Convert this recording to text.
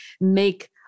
make